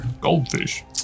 Goldfish